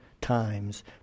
times